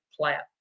player